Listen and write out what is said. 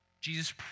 Jesus